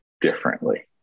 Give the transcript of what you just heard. differently